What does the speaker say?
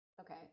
okay